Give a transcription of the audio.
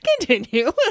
Continue